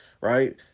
Right